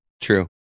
True